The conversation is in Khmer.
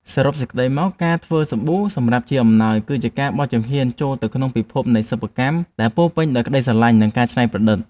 សរុបសេចក្ដីមក ការធ្វើសាប៊ូសម្រាប់ជាអំណោយ គឺជាការបោះជំហានចូលទៅក្នុងពិភពនៃសិប្បកម្មដែលពោរពេញដោយក្តីស្រឡាញ់ និងការច្នៃប្រឌិត។